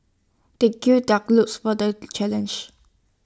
they gird their glues for the challenge